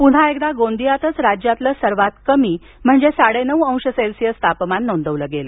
पुन्हा एकदा गोंदियातच राज्यातलं सर्वात कमी साडे नऊ अंश सेल्सीअस तापमान नोंदवलं गेलं